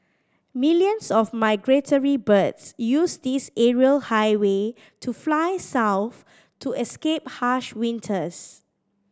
millions of migratory birds use this aerial highway to fly south to escape harsh winters